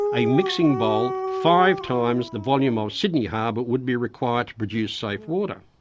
a mixing bowl five times the volume of sydney harbour but would be required to produce safe water.